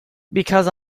because